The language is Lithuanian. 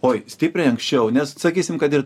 oi stipriai anksčiau nes sakysim kad ir